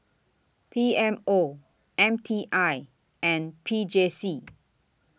P M O M T I and P J C